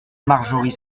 marjorie